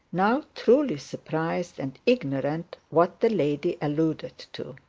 now truly surprised and ignorant what the lady alluded to.